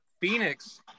Phoenix